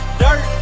dirt